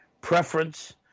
preference